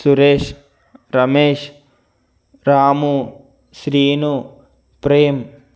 Suresh Ramesh Ramu Srinu Prem